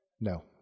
No